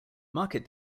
market